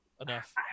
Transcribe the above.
enough